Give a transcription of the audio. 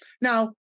Now